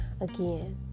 Again